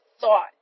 thought